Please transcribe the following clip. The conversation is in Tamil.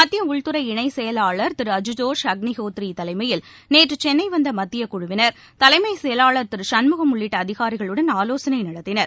மத்திய உள்துறை இணைச் செயலாளர் திரு அசுதோஷ் அக்ளிஹோத்ரி தலைமையில் நேற்று சென்னை வந்த மத்தியக் குழுவினர் தலைமைச் செயலாளர் திரு சண்முகம் உள்ளிட்ட அதிகாரிகளுடன் ஆலோசனை நடத்தினர்